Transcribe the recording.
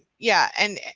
yeah and